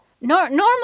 Normal